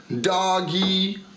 doggy